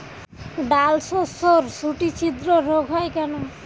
ডালশস্যর শুটি ছিদ্র রোগ হয় কেন?